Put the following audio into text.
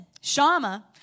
shama